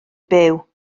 byw